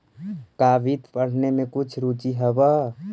का वित्त पढ़ने में कुछ रुचि हवअ